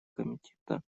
комитета